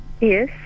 Yes